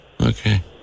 okay